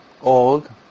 old